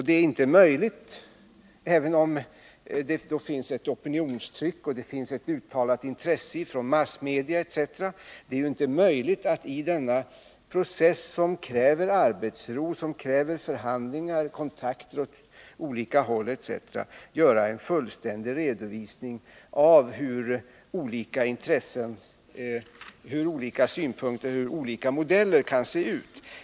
Det är inte möjligt att — även om det finns ett opinionstryck och ett uttalat intresse från massmedias sida — i denna process, som kräver arbetsro och som kräver förhandlingar och kontakter åt olika håll m.m., göra en fullständig redovisning av hur olika modeller kan se ut.